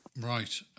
Right